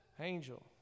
Angel